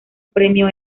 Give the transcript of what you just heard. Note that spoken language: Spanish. premio